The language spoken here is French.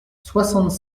soixante